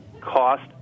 cost